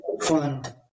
Fund